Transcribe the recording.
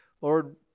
Lord